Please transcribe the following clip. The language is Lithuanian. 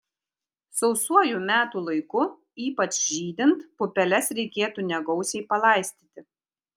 sausuoju metų laiku ypač žydint pupeles reikėtų negausiai palaistyti